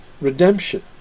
redemption